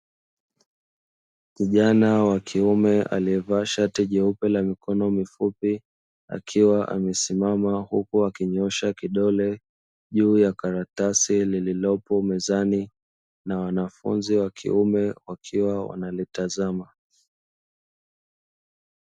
Kijana wa kiume aliyevaa shati jeupe la mikono mifupi akiwa amesimama huku akinyoosha kidole juu ya karatasi lililopo mezani na wanafunzi wa kiume wakiwa wanalitazama.